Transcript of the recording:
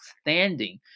standing